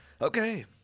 Okay